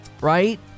Right